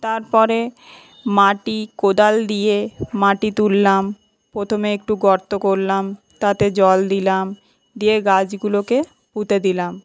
তারপরে মাটি কোদাল দিয়ে মাটি তুললাম প্রথমে একটু গর্ত করলাম তাতে জল দিলাম দিয়ে গাছগুলোকে পুঁতে দিলাম